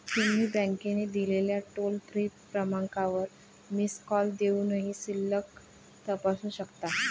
तुम्ही बँकेने दिलेल्या टोल फ्री क्रमांकावर मिस कॉल देऊनही शिल्लक तपासू शकता